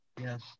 Yes